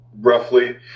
roughly